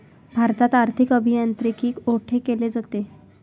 भारतात आर्थिक अभियांत्रिकी कोठे केले जाते?